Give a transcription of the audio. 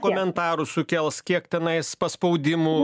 komentarų sukels kiek tenais paspaudimų